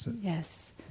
Yes